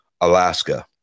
Alaska